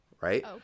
right